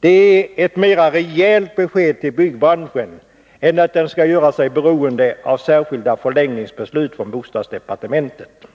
Det är mera rejält besked till byggbranschen än att den skall göra sig beroende av särskilda förlängningsbeslut från bostadsdepartementet.